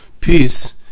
Peace